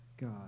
God